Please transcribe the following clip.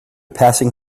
passing